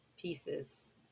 pieces